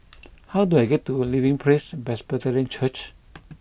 how do I get to Living Praise Presbyterian Church